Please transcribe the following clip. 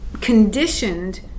conditioned